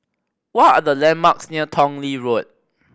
what are the landmarks near Tong Lee Road